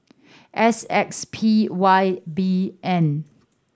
S X P Y B N